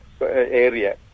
area